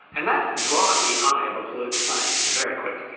and that draws the eye of a political scientist very quick.